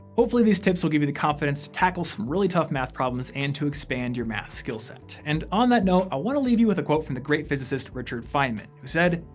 hopefully these tips will give you the confidence to tackle some really tough math problems and to expand your math skill set. and on that note, i want to leave you with a quote from the great physicist, richard feynman, who said,